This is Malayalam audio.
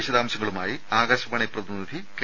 വിശദാംശങ്ങളുമായി ആകാശവാണി പ്രതിനിധി കെ